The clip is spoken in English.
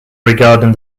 regarding